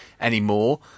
anymore